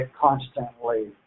constantly